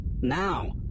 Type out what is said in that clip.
Now